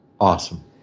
Awesome